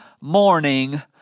morning